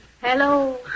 Hello